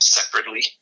separately